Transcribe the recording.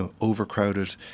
overcrowded